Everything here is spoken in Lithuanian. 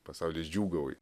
pasaulis džiūgauja